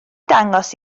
dangos